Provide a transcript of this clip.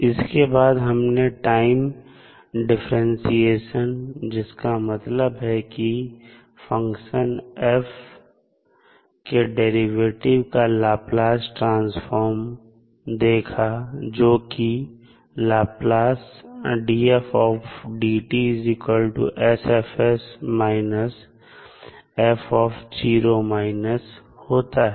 उसके बाद हमने टाइम डिफरेंटशिएशन जिसका मतलब है की फंक्शन f के डेरिवेटिव का लाप्लास ट्रांसफार्म देखा जो कि होता है